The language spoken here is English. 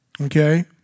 Okay